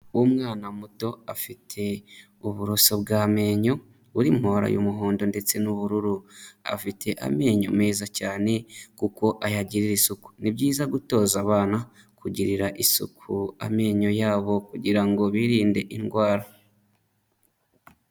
Umwana muto afite uburoso bw'amenyo, buri mu mabara y'umuhondo ndetse n'ubururu. Afite amenyo meza cyane kuko ayagirira isuku, ni byiza gutoza abantu kugirira isuku amenyo yabo kugira ngo birinde indwara.